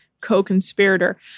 Co-conspirator